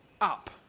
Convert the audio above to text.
up